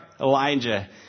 Elijah